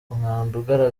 ugaragara